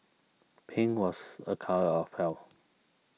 pink was a colour of health